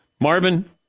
Marvin